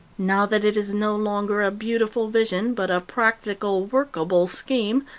now that it is no longer a beautiful vision, but a practical, workable scheme,